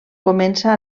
comença